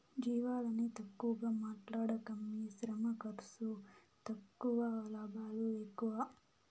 జీవాలని తక్కువగా మాట్లాడకమ్మీ శ్రమ ఖర్సు తక్కువ లాభాలు ఎక్కువ